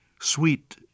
Sweet